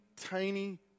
tiny